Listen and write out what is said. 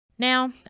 Now